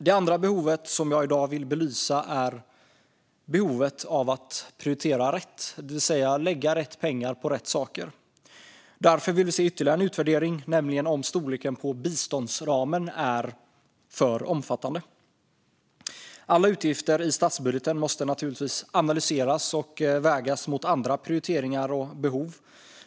Det andra behov som jag i dag vill belysa är behovet av att prioritera rätt, det vill säga att lägga rätt pengar på rätt saker. Därför vill vi se ytterligare en utvärdering, nämligen av om storleken på biståndsramen är för omfattande. Alla utgifter i statsbudgeten måste naturligtvis analyseras och vägas mot andra prioriteringar och behov.